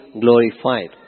glorified